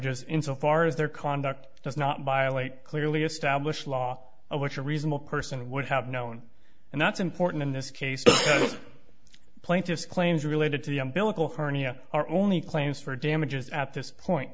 damages in so far as their conduct does not violate clearly established law which a reasonable person would have known and that's important in this case the plaintiff's claims related to the umbilical hernia are only claims for damages at this point